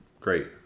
Great